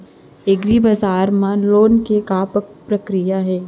एग्रीबजार मा लोन के का प्रक्रिया हे?